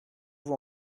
vous